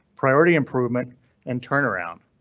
priority improvement and turn around.